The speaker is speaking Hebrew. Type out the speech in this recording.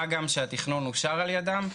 מה גם שהתכנון אושר על ידם.